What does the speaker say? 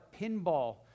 pinball